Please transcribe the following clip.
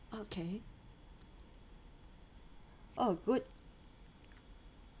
okay oh good